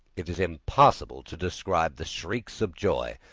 it is impossible to describe the shrieks of joy,